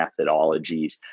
methodologies